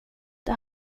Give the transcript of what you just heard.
det